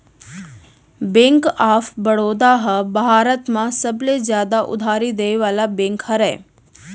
bank of Baroda ह भारत म सबले जादा उधारी देय वाला बेंक हरय